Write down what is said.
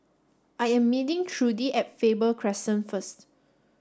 I am meeting Trudi at Faber Crescent first